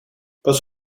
pas